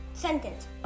Sentence